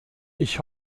ich